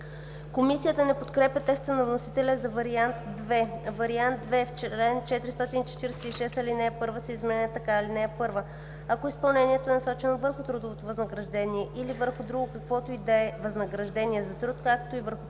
Комисията не подкрепя текста на вносителя за Вариант II: „§ 35. В чл. 446 ал. 1 се изменя така: (1) Ако изпълнението е насочено върху трудовото възнаграждение или върху друго каквото и да е възнаграждение за труд, както и върху